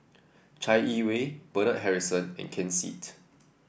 Chai Yee Wei Bernard Harrison and Ken Seet